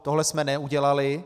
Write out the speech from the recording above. Tohle jsme neudělali.